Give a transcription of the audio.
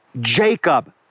Jacob